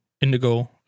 Indigo